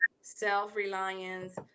Self-reliance